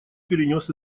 перенес